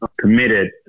committed